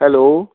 hello